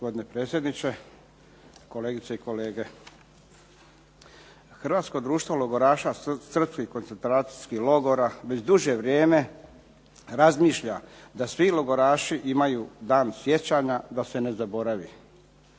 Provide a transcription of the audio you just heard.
Hrvatsko društvo logoraša Srpskih koncentracijskih logora već duže vrijeme razmišlja da svi logoraši imaju dan sjećanja da se ne zaboravi.